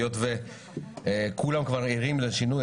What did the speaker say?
היות שכולם כבר ערים לשינוי,